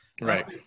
right